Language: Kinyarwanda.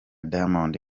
diamond